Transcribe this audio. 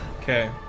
Okay